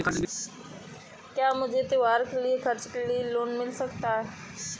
क्या मुझे त्योहार के खर्च के लिए लोन मिल सकता है?